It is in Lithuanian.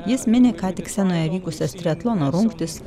jis mini ką tik scenoje vykusias triatlono rungtis